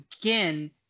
again